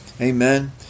amen